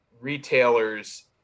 retailers